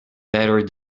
better